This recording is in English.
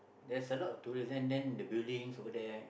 that's a lot of tourism then the buildings over there